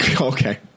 Okay